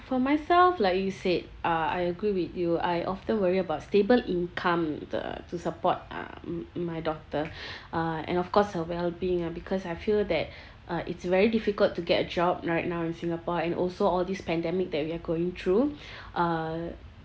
for myself like you said uh I agree with you I often worry about stable income the to support um my daughter uh and of course her wellbeing lah because I feel that uh it's very difficult to get a job right now in singapore and also all this pandemic that we are going through uh